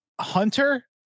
Hunter